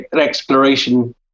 exploration